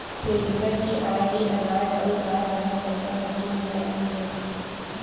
thresher के आये ले अनाज अउ दार वाला फसल मनके मिजई हो जाथे